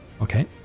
Okay